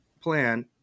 plan